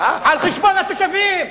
על חשבון התושבים.